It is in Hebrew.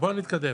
בוא נתקדם.